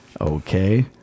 okay